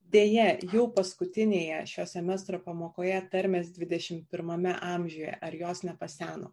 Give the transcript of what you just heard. deja jau paskutinėje šio semestro pamokoje tarmes dvidešimt pirmame amžiuje ar jos nepaseno